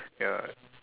ya